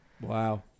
Wow